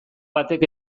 batek